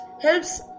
helps